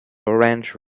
orange